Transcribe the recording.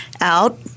out